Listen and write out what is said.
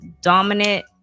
dominant